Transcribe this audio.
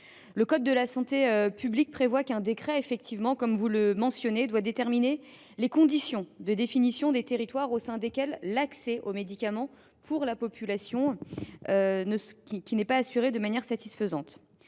Le code de la santé publique prévoit, en effet, qu’un décret doit déterminer les conditions de définition des territoires au sein desquels l’accès au médicament pour la population n’est pas assuré de manière satisfaisante.